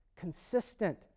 Consistent